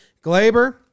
Glaber